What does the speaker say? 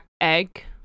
egg